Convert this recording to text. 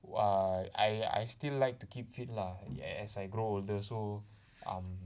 err I I still like to keep fit lah as I grow older so um